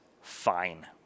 fine